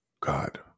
God